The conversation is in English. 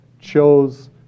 chose